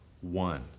one